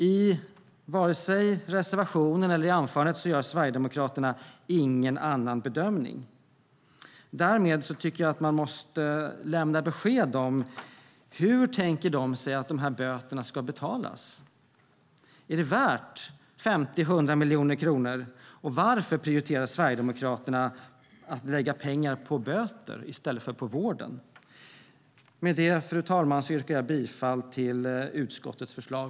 Inte i vare sig reservationen eller i anförandet gör Sverigedemokraterna någon annan bedömning. Därmed tycker jag att de måste lämna besked om hur de tänker sig att böterna ska betalas. Är det värt 50-100 miljoner kronor? Varför prioriterar Sverigedemokraterna att lägga pengar på böter i stället för på vården? Fru talman! Jag yrkar för Alliansens räkning bifall till utskottets förslag.